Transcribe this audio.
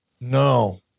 No